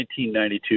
1992